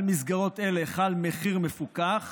על מסגרות אלה חל מחיר מפוקח